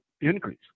increase